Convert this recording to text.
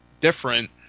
different